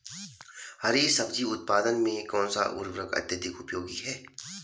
हरी सब्जी उत्पादन में कौन सा उर्वरक अत्यधिक उपयोगी है?